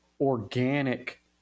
organic